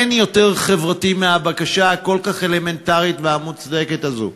אין יותר חברתי מהבקשה הכל-כך אלמנטרית והמוצדקת הזאת.